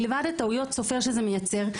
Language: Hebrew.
מלבד טעויות הסופר שזה מייצר,